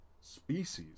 species